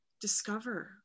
discover